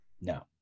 No